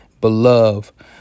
Beloved